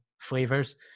flavors